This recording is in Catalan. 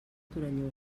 torelló